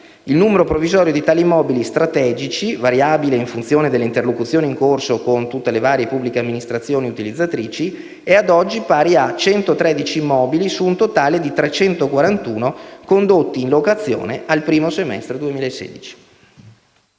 Il numero provvisorio di tali immobili "strategici", variabile in funzione delle interlocuzioni in corso con le varie pubbliche amministrazioni utilizzatrici, è ad oggi pari a 113 immobili su un totale di 341 condotti in locazione al 1° semestre 2016.